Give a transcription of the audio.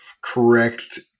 correct